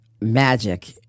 magic